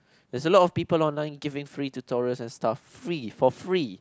there's a lot of people online giving free tutorials and stuff free for free